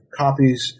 copies